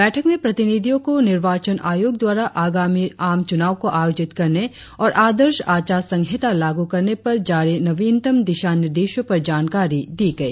बैठक में प्रतिनिधियो को निर्वाचन आयोग द्वारा आगामी आम चुनाव को आयोजित करने और आदर्श आचार संहिता लागू करने पर जारी नवीनतम दिशा निर्देशो पर जानकारी दी गई